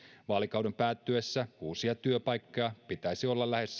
vaalikauden päättyessä uusia työpaikkoja pitäisi olla lähes